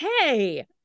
Hey